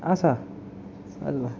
but आसा चल्ला